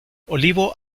olivo